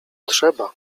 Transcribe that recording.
trzeba